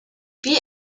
wie